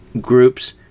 groups